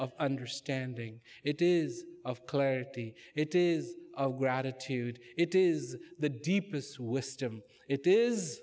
of understanding it is of clarity it is of gratitude it is the deepest wisdom it is